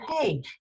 Hey